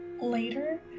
later